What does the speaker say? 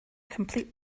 complete